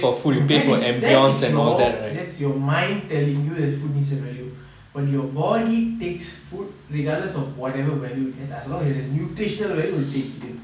that is that is your that's your mind telling you food needs a value but your body takes food regardless of whatever value it has so long it has nutritional value you take it